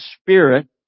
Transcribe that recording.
spirit